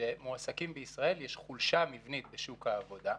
שמועסקים בישראל יש חולשה מבנית בשוק העבודה,